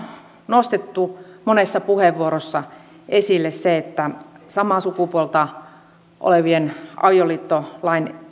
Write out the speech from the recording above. nostettu monessa puheenvuorossa esille se että samaa sukupuolta olevien avioliittolain